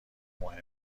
مهم